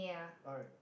alright